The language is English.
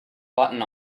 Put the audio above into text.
button